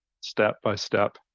step-by-step